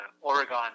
Oregon